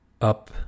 up